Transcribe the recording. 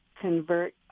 convert